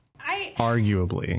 Arguably